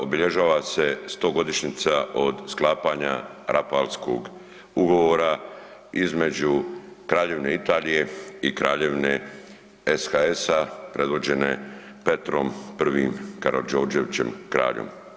obilježava se sto godišnjica od sklapanja Rapalskog ugovora između Kraljevine Italije i Kraljevine SHS-a predvođene Petrom Prvim Karađorđevićem, kraljom.